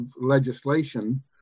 legislation